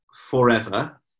forever